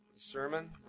sermon